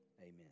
amen